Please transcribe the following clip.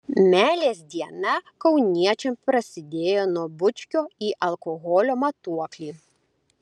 meilės diena kauniečiams prasidėjo nuo bučkio į alkoholio matuoklį